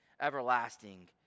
everlasting